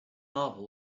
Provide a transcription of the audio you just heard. novel